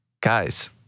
guys